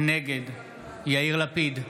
נגד יאיר לפיד,